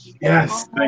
Yes